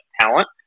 talent